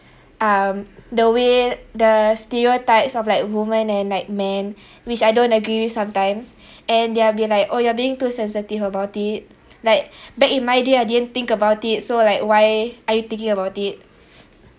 um the way the stereotypes of like women and like man which I don't agree with sometimes and they'll be like oh you're being too sensitive about it like back in my day I didn't think about it so like why are you thinking about it